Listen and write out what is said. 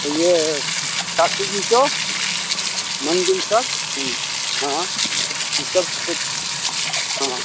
ये काशी जी को मंदिर सब हाँ ये सब कुछ हाँ